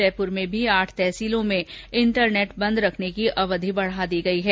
जयपुर में भी आठ तहसीलों में इंटरनेट बंद रखने की अवधि बढा दी गई है